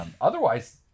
Otherwise